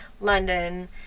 London